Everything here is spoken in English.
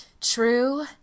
True